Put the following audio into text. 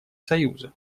союза